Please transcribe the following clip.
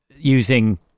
using